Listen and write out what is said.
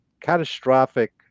catastrophic